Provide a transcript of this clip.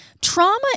trauma